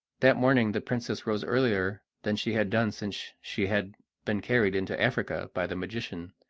that morning the princess rose earlier than she had done since she had been carried into africa by the magician,